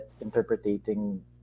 interpreting